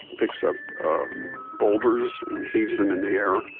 picks up boulders and heaves them in the air,